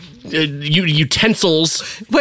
utensils